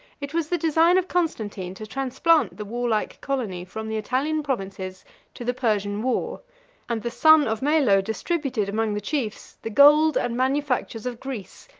it was the design of constantine to transplant the warlike colony from the italian provinces to the persian war and the son of melo distributed among the chiefs the gold and manufactures of greece,